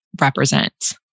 represents